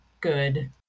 good